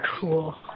Cool